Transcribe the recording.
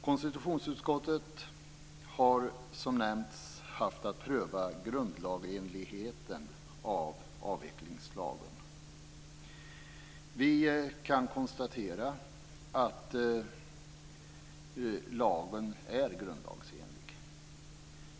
Konstitutionsutskottet har, som nämnts, haft att pröva grundlagsenligheten av avvecklingslagen. Vi kan konstatera att lagen är grundlagsenlig.